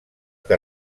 que